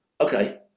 okay